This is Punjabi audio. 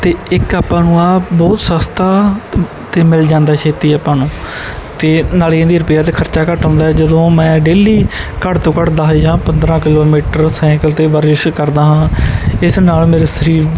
ਅਤੇ ਇੱਕ ਆਪਾਂ ਨੂੰ ਆ ਬਹੁਤ ਸਸਤਾ ਤਾਂ ਮਿਲ ਜਾਂਦਾ ਛੇਤੀ ਆਪਾਂ ਨੂੰ ਅਤੇ ਨਾਲੇ ਇਹਦੀ ਰਿਪੇਅਰ 'ਤੇ ਖਰਚਾ ਘੱਟ ਆਉਂਦਾ ਜਦੋਂ ਮੈਂ ਡੇਲੀ ਘੱਟ ਤੋਂ ਘੱਟ ਦੱਸ ਜਾਂ ਪੰਦਰਾਂ ਕਿਲੋਮੀਟਰ ਸੈਂਕਲ 'ਤੇ ਵਰ੍ਹਿਸ਼ ਕਰਦਾ ਹਾਂ ਇਸ ਨਾਲ ਮੇਰੇ ਸਰੀਰ